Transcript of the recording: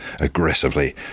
aggressively